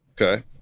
Okay